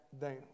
down